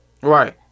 right